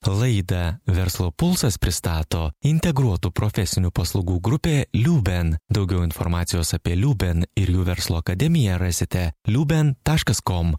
laidą verslo pulsas pristato integruotų profesinių paslaugų grupė liuben daugiau informacijos apie liuben ir jų verslo akademiją rasite liuben taškas kom